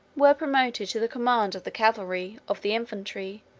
were promoted to the command of the cavalry, of the infantry,